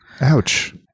Ouch